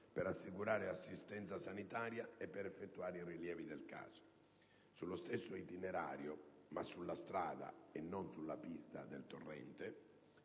per assicurare assistenza sanitaria e per effettuare i rilievi del caso. Sullo stesso itinerario, ma sulla strada e non sulla pista del torrente,